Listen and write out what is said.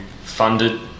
funded